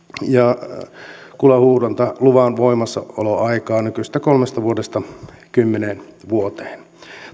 ja kullanhuuhdontaluvan voimassaoloaikaa nykyisestä kolmesta vuodesta kymmenen vuoteen